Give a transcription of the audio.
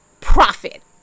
profit